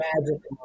Magic